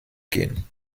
gehen